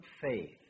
faith